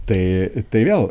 tai tai vėl